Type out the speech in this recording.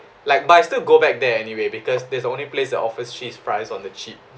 like but I still go back there anyway because that's the only place that offers cheese fries on the cheap